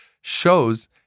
shows